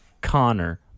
Connor